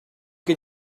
can